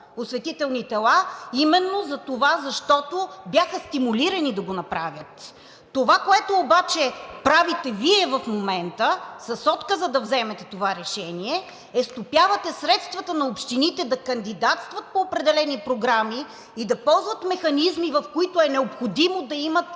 осветителни тела именно затова, защото бяха стимулирани да го направят. Това, което обаче правите Вие в момента с отказа да вземете това решение, е, че стопявате средствата на общините да кандидатстват по определени програми и да ползват механизми, в които е необходимо да имат